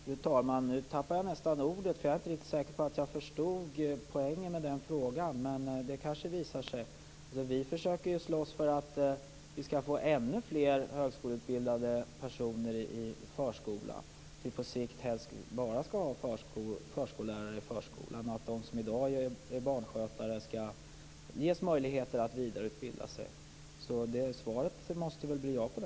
Fru talman! Nu tappade jag nästan ordet. Jag är inte säker på att jag förstod poängen med statsrådets fråga, men den kanske kommer att framgå. Vi försöker slåss för att vi skall få ännu mer av högskoleutbildad personal i förskolan, så att vi på sikt helst bara skall ha förskollärare i förskolan och att de som i dag är barnskötare skall få möjlighet att vidareutbilda sig. Mitt svar på frågan måste väl därför bli ja.